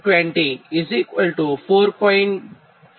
52 Ω છે